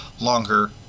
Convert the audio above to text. longer